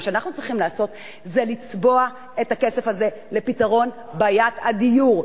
מה שאנחנו צריכים לעשות זה לצבוע את הכסף הזה לפתרון בעיית הדיור,